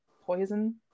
poison